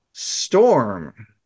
Storm